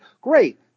Great